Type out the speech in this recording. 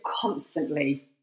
constantly